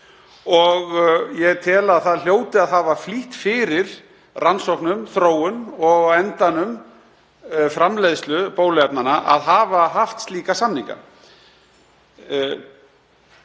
Ég tel að það hljóti að hafa flýtt fyrir rannsóknum, þróun og á endanum framleiðslu bóluefna að hafa haft slíka samninga.